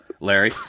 Larry